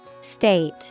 State